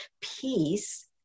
peace